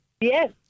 Yes